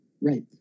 Right